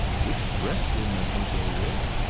which dress will mademoiselle wear?